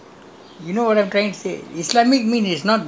the theatres after islamic is what you know beach road already